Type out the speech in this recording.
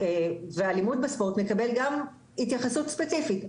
והאלימות בספורט מקבל גם התייחסות ספציפית.